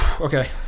Okay